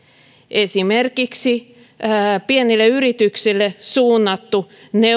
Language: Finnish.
esimerkiksi pienille yrityksille suunnattu